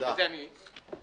ובזה אני מסיים.